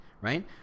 right